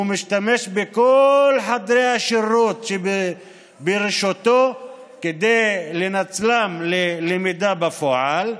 הוא משתמש בכל חדרי השירות שברשותו כדי לנצלם ללמידה בפועל,